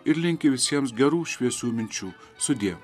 ir linki visiems gerų šviesių minčių sudie